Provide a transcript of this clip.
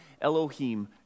Elohim